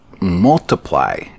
multiply